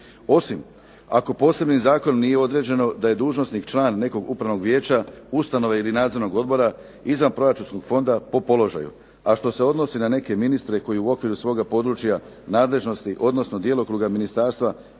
Osim, ako posebnim zakonom nije određeno da je dužnosnik član nekog upravnog vijeća, ustanove ili nadzornog odbora izvanproračunskog fonda po položaju a što se odnosi na neke ministre koji u okviru svoga područja nadležnosti, odnosno djelokruga ministarstva